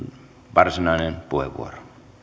varsinainen puheenvuoro